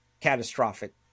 catastrophic